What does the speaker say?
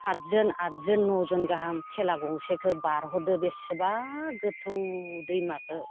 सातजोन आदजोन नौजोन गाहाम थेला गंसेखौ बारहरदो बेसेबा गोथौ दैमाखो